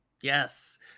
yes